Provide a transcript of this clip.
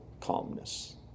calmness